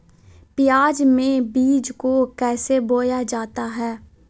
प्याज के बीज को कैसे बोया जाता है?